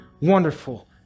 wonderful